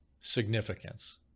significance